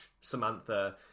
Samantha